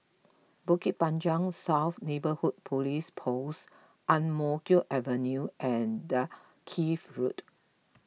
Bukit Panjang South Neighbourhood Police Post Ang Mo Kio Avenue and Dalkeith Road